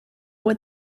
what